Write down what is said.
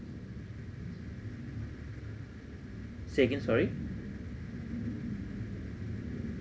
say again sorry